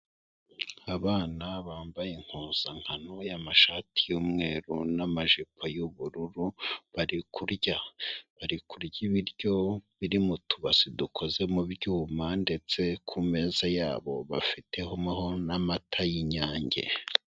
Abana bambaye impuzankano y'amashati y'umweru n'amajipo y'ubururu bari kurya, bari kurya ibiryo biri mu tubase dukoze mu byuma ndetse ku meza yabo bafiteho n'amata y'inyange.